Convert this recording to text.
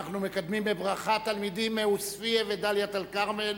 אנחנו מקדמים בברכה תלמידים מעוספיא ודאלית-אל-כרמל,